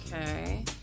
Okay